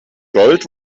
gold